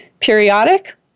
Periodic